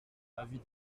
avis